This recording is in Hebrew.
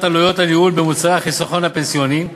עלויות הניהול במוצרי החיסכון הפנסיוני,